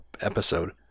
episode